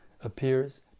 appears